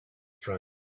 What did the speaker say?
friend